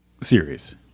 series